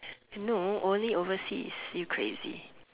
no only overseas you crazy